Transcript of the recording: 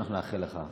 ואנחנו נאחל לך.